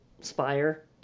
spire